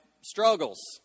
struggles